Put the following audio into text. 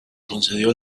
concedió